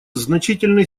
значительной